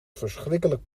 verschrikkelijk